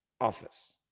office